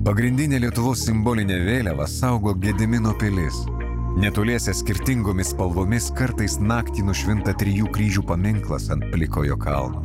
pagrindinę lietuvos simbolinę vėliavą saugo gedimino pilis netoliese skirtingomis spalvomis kartais naktį nušvinta trijų kryžių paminklas ant plikojo kalno